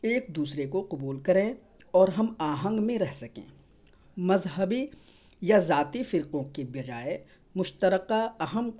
ایک دوسرے کو قبول کریں اور ہم آہنگ میں رہ سکیں مذہبی یا ذاتی فرقوں کے بجائے مشترقہ اہم